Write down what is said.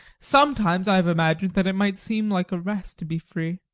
sometimes i have imagined that it might seem like a rest to be free.